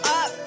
up